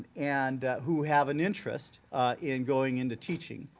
and who have an interest in going into teaching.